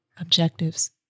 objectives